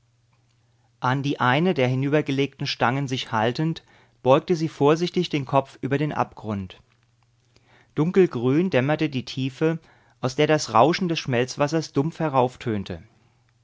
an die eine der hinübergelegten stangen sich haltend beugte sie vorsichtig den kopf über den abgrund dunkelgrün dämmerte die tiefe aus der das rauschen des schmelzwassers dumpf